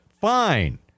fine